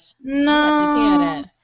no